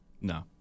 No